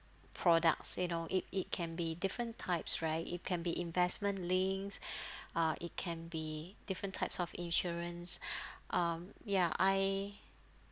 products you know it it can be different types right it can be investment links uh it can be different types of insurance um ya I